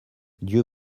dieu